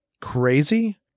crazy